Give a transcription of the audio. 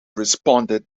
responded